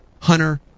Hunter